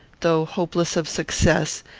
though hopeless of success,